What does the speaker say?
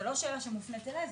זה לא שאלה שמופנית אליי,